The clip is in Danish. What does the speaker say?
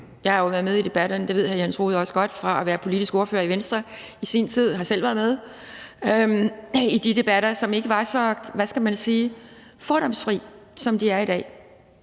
Jeg har jo været med i debatterne. Det ved hr. Jens Rohde også godt fra sin tid som politisk ordfører i Venstre, og han har selv været med i de debatter, som ikke var så, hvad skal man sige, fordomsfri, som de er i dag.